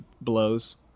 blows